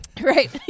right